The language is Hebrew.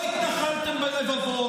לא התנחלתם בלבבות.